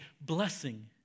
blessing